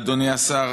אדוני השר.